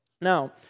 Now